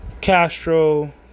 Castro